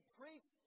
preach